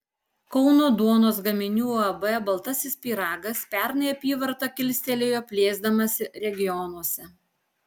kauno duonos gaminių uab baltasis pyragas pernai apyvartą kilstelėjo plėsdamasi regionuose